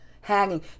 Hanging